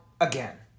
again